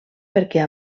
perquè